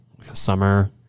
summer